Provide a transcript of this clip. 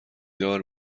دار